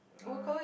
uh